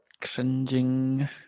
cringing